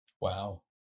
Wow